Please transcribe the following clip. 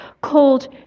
called